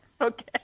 okay